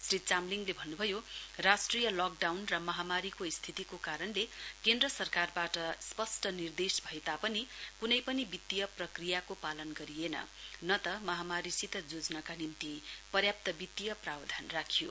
श्री चामलिङको भन्नुभयो राष्ट्रिय लकडाउन र महामारीको स्थितिको कारणले केन्द्र सरकारबाट स्पष्ट निर्देश भए तापनि कुनै पनि वित्ती प्रक्रियाको पालन गरिएन न त महामारीसित जुझ्नका निम्ति पर्याप्त वित्ती प्रावधान राखियो